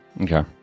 okay